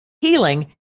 healing